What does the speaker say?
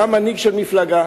היה מנהיג של מפלגה,